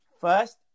first